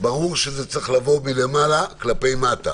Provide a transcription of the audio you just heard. ברור שזה צריך לבוא מלמעלה כלפי מטה